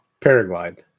paraglide